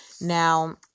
now